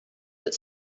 but